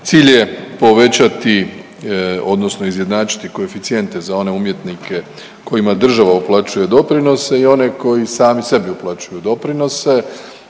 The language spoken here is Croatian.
Cilj je povećati odnosno izjednačiti koeficijente za one umjetnike kojima država uplaćuje doprinose i one koji sami sebi uplaćuju doprinose.